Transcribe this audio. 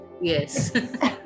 yes